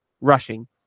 rushing